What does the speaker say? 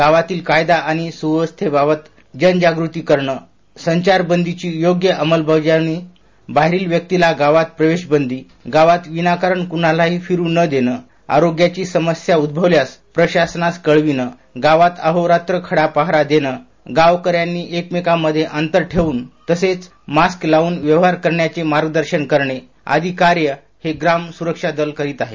गावातील कायदा आणि सुव्यवस्थेबाबत जनजागृती करण संचारबंदीची योग्य अंमलबजावणी बाहेरील व्यक्तीला गावात प्रवेश बंदी गावात विनाकारण कुणालाही फिरू न देण आरोग्याची समस्या उद्गवल्यास प्रशासनास कळविण गावात अहोरात्र खडा पहारा देणं गावकऱ्यांनी एकमेकां मध्ये अंतर ठेवून तसेच मास्क लावून व्यवहार करण्याचे मार्गदर्शन करणे आदी कार्य हे ग्राम सुरक्षा दल करीत आहे